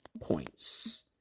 points